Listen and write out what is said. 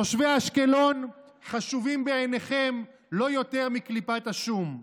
תושבי אשקלון חשובים בעיניכם לא יותר מקליפת השום.